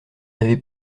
avait